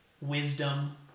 wisdom